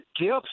gifts